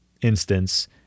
instance